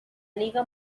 liga